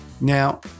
Now